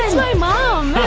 my mom.